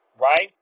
right